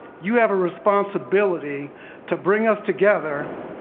you have a responsibility to bring us together,